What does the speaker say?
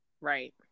right